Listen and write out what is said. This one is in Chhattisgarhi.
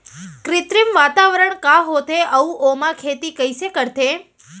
कृत्रिम वातावरण का होथे, अऊ ओमा खेती कइसे करथे?